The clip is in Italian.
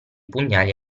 pugnali